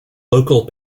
local